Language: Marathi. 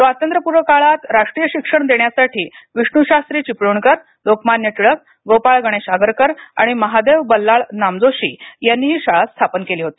स्वातंत्र्यपूर्व काळात राष्ट्रीय शिक्षण देण्यासाठी विष्णुशास्त्री चिपळूणकर लोकमान्य टिळक गोपाळ गणेश आगरकर आणि महादेव बल्लाळ नामजोशी यांनी हि शाळा स्थापन केली होती